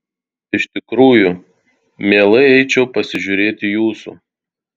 iš tikrųjų mielai eičiau pasižiūrėti jūsų